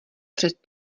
před